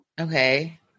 Okay